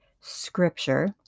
scripture